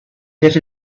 get